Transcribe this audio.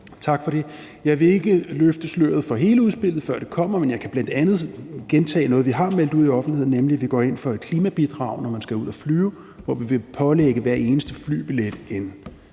Tak for det. Jeg vil ikke løfte sløret for hele udspillet, før det kommer. Men jeg kan bl.a. gentage noget, vi har meldt ud i offentligheden, nemlig at vi går ind for et klimabidrag, når man skal ud at flyve; vi vil pålægge hver eneste flybillet en